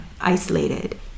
isolated